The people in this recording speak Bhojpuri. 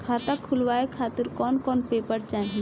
खाता खुलवाए खातिर कौन कौन पेपर चाहीं?